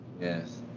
Yes